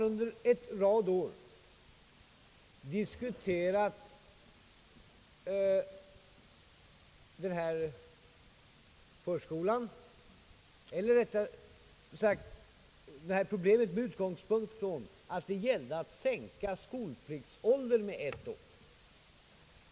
Under ett antal år har man diskuterat detta problem med utgångspunkt i att det gällde att sänka skolpliktsåldern med ett år.